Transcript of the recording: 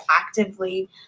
actively